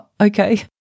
okay